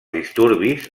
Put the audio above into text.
disturbis